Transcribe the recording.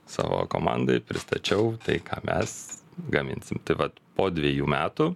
savo komandai pristačiau tai ką mes gaminsim tai vat po dvejų metų